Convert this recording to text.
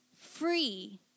free